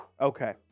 Okay